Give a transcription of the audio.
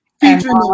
featuring